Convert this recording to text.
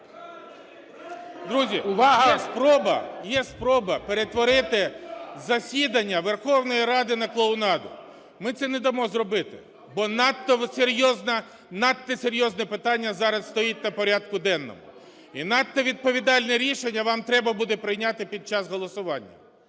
Друзі, є спроба перетворити засідання Верховної Ради на клоунаду. Ми це не дамо зробити, бо надто серйозне питання зараз стоїть на порядку денному, і надто відповідальне рішення вам треба буде прийняти під час голосування.